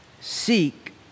Seek